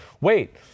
wait